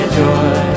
joy